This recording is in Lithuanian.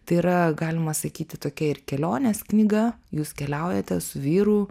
tai yra galima sakyti tokia ir kelionės knyga jūs keliaujate su vyru